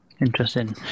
Interesting